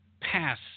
pass